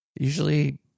Usually